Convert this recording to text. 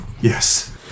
Yes